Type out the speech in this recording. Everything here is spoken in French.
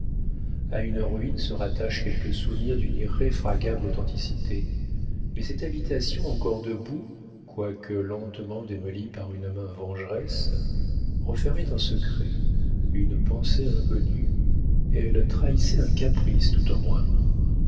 a une ruine se rattachent quelques souvenirs d'une irréfragable authenticité mais cette habitation encore debout quoique lentement démolie par une main vengeresse renfermait un secret une pensée inconnue elle trahissait un caprice tout au moins